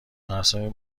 مراسم